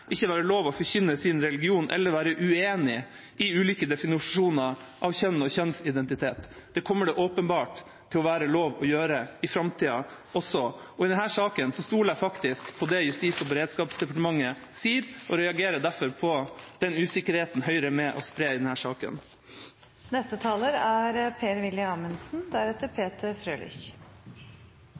forkynne sin religion eller være uenig i ulike definisjoner av kjønn og kjønnsidentitet. Det kommer det åpenbart til å være lov å gjøre i framtida også. I denne saken stoler jeg faktisk på det justis- og beredskapsdepartementet sier, og reagerer derfor på den usikkerheten Høyre er med på å spre i